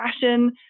fashion